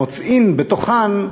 ומוצאים בתוכן,